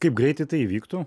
kaip greitai tai įvyktų